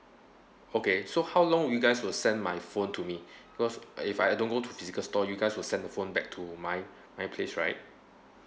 okay so how long you guys will send my phone to me because if I don't go to physical store you guys will send the phone back to my my place right